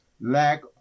lack